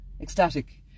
ecstatic